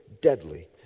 deadly